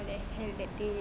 the hell that day